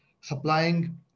supplying